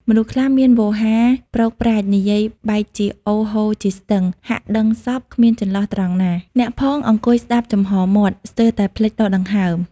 មនុស្សខ្លះមានវោហារប្រោកប្រាជ្ញ និយាយបែកជាអូរហូរជាស្ទឹង ហាក់ដឹងសព្វ គ្មានចន្លោះត្រង់ណា អ្នកផងអង្គុយស្ដាប់ចំហមាត់ ស្ទើរតែភ្លេចដកដង្ហើម ។